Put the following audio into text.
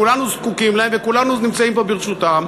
כולנו זקוקים להם וכולנו נמצאים פה ברשותם,